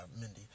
Mindy